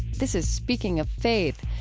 this is speaking of faith.